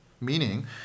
meaning